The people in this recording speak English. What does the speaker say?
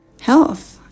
health